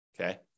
Okay